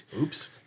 Oops